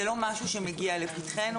זה לא משהו שמגיע לפתחנו.